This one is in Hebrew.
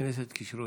כנסת כישרונית.